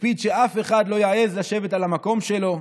הקפיד שאף אחד לא יעז לשבת במקום שלו.